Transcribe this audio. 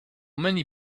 many